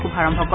শুভাৰম্ভ কৰে